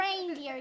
reindeer